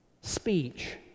Speech